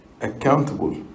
accountable